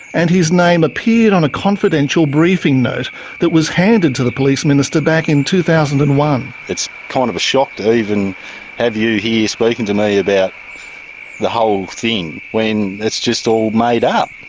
and his name appeared on a confidential briefing note that was handed to the police minister back in two thousand and one. it's kind of a shock to even have you here speaking to me about the whole thing when it's just all made up.